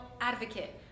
advocate